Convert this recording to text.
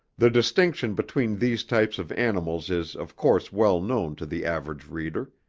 the distinction between these types of animals is of course well known to the average reader.